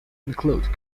include